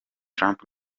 trump